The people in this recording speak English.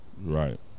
Right